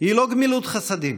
היא לא גמילות חסדים.